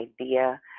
idea